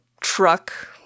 truck